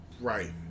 right